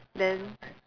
then